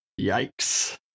Yikes